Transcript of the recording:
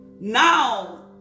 now